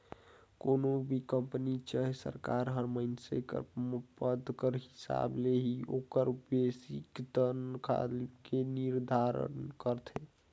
कोनो भी कंपनी चहे सरकार हर मइनसे कर पद कर हिसाब ले ही ओकर बेसिक तनखा के निरधारन करथे